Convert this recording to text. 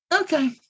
okay